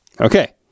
Okay